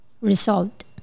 result